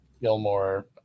Gilmore